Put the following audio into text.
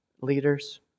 leaders